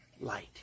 light